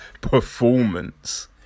performance